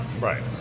Right